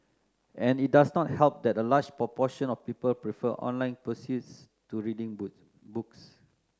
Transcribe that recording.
and it does not help that a large proportion of people prefer online pursuits to reading boot books